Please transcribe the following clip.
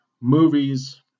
movies